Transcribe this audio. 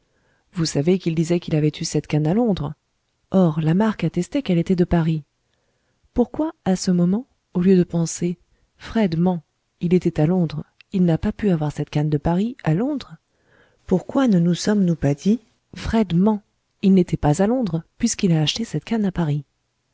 vous savez qu'il disait qu'il avait eu cette canne à londres or la marque attestait qu'elle était de paris pourquoi à ce moment au lieu de penser fred ment il était à londres il n'a pas pu avoir cette canne de paris à londres pourquoi ne nous sommes-nous pas dit fred ment il n'était pas à londres puisqu'il a acheté cette canne à paris